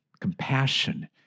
compassion